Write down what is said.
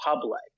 public